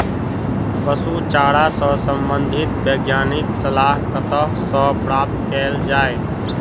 पशु चारा सऽ संबंधित वैज्ञानिक सलाह कतह सऽ प्राप्त कैल जाय?